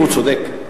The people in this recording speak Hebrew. והוא צודק,